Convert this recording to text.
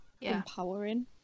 empowering